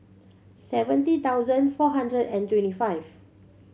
seventy thousand four hundred and twenty five